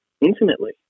intimately